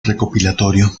recopilatorio